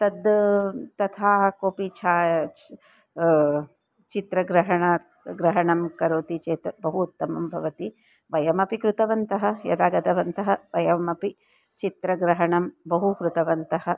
तद् तथा कोपि छाया चित्रग्रहण ग्रहणं करोति चेत् बहु उत्तमं भवति वयमपि कृतवन्तः यदा गतवन्तः वयमपि चित्रग्रहणं बहु कृतवन्तः